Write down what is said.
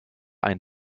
ein